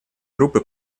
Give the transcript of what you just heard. группы